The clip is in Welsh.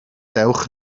dewch